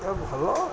ଏ ଭଲ